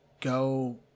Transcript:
Go